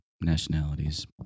nationalities